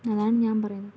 അതാണ് ഞാൻ പറയുന്നത്